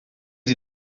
sie